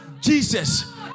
jesus